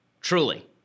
Truly